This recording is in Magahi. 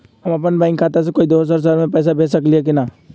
हम अपन बैंक खाता से कोई दोसर शहर में पैसा भेज सकली ह की न?